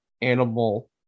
animal